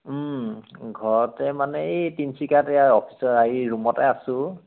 ঘৰতে মানে এই তিনিচুকীয়াত এইয়া অফিচ ৰুমতে আছোঁ